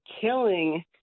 killing